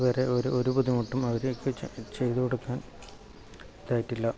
ഒരു ബുദ്ധിമുട്ടും അവർക്ക് ചെയ്തു കൊടുക്കാൻ അവർക്ക് ഇതായിട്ട് ഇല്ല